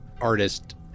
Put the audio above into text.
artist